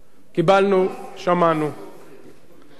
בבקשה, אדוני.